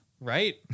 Right